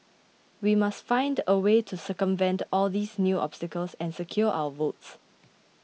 we must find a way to circumvent all these new obstacles and secure our votes